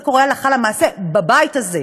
זה קורה הלכה למעשה בבית הזה,